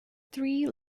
three